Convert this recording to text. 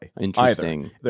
Interesting